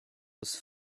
was